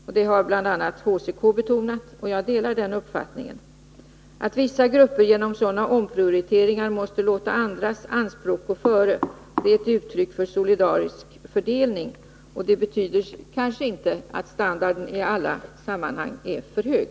Detta har bl.a. HCK betonat, och jag delar den uppfattningen. Att vissa grupper genom sådana omprioriteringar måste låta andras anspråk gå före sina egna är ett uttryck för solidarisk fördelning, men det betyder inte att standarden i alla sammanhang är för hög.